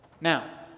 Now